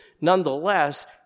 nonetheless